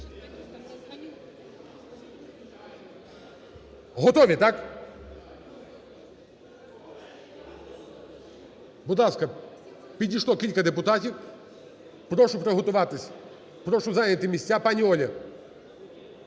Будь ласка, підійшло кілька депутатів. Прошу приготуватися, прошу зайняти місця. Пані Оля!